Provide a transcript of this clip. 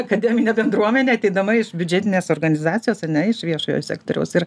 akademinę bendruomenę ateidama iš biudžetinės organizacijos ar ne iš viešojo sektoriaus ir